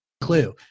Clue